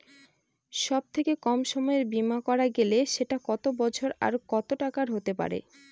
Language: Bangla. সব থেকে কম সময়ের বীমা করা গেলে সেটা কত বছর আর কত টাকার হতে পারে?